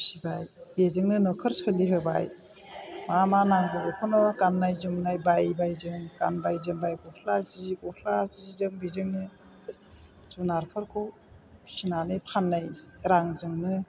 फिसिबाय बेजोंनो न'खर सोलिहोबाय मा मा नांगौ बेखौनो गाननाय जोमनाय बायबाय जों गानबाय जोमबाय गस्ला जि गस्ला बिजोंनो जुनारफोरखौ फिसिनानै फाननाय रांजोंनो